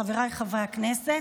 חבריי חברי הכנסת,